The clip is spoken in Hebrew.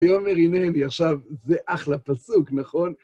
ויאמר הנני, עכשיו, זה אחלה פסוק, נכון?